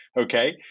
okay